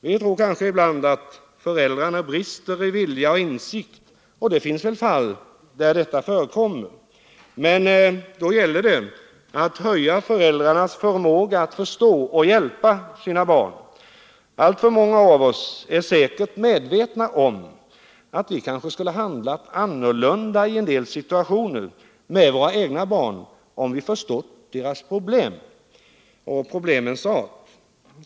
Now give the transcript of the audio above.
Vi tror kanske ibland att föräldrar brister i vilja och insikt — och det finns väl fall där detta förekommer — men då gäller det att höja föräldrarnas förmåga att förstå och hjälpa sina barn. Alltför många av oss är säkerligen medvetna om att vi skulle ha handlat annorlunda i en del situationer med våra egna barn om vi förstått problemens art.